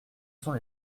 sont